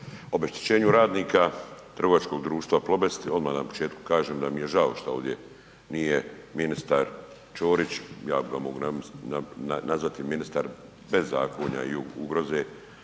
obeštećenju radnika trgovačkog društva Plobest. Odmah na početku kažem da mi je žao što ovdje nije ministar Čorić, ja ga mogu nazvati ministar bezakonja i ugroze